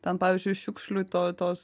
ten pavyzdžiui šiukšlių to tos